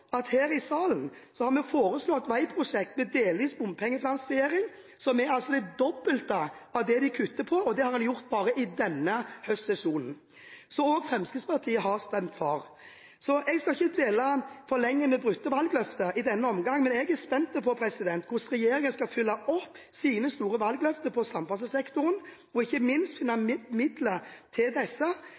vi her i salen foreslått veiprosjekter med delvis bompengefinansiering til det dobbelte av det de kutter. Det har en gjort bare i denne høstsesjonen, og også Fremskrittspartiet har stemt for. Jeg skal ikke dvele for lenge ved brutte valgløfter i denne omgang, men jeg er spent på hvordan regjeringen skal følge opp sine store valgløfter innen samferdselssektoren, og ikke minst finne midler til disse,